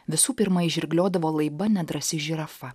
visų pirma įžirgliodavo laiba nedrąsi žirafa